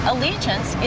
Allegiance